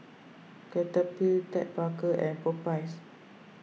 Cetaphil Ted Baker and Popeyes